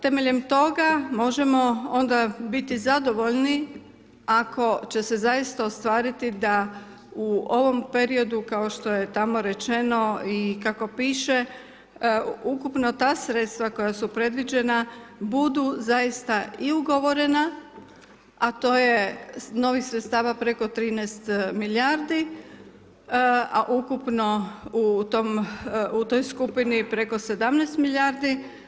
Temeljem toga možemo onda biti zadovoljni ako će se zaista ostvariti da u ovom periodu kao što je tamo rečeno i kako piše ukupno ta sredstva koja su predviđena budu zaista i ugovorena a to je novih sredstava preko 13 milijardi a ukupno u toj skupini preko 17 milijardi.